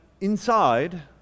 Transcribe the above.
inside